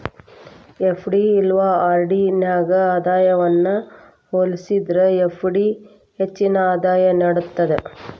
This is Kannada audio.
ಎಫ್.ಡಿ ಇಲ್ಲಾ ಆರ್.ಡಿ ನ್ಯಾಗ ಆದಾಯವನ್ನ ಹೋಲಿಸೇದ್ರ ಎಫ್.ಡಿ ಹೆಚ್ಚಿನ ಆದಾಯ ನೇಡ್ತದ